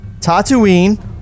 Tatooine